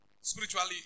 Spiritually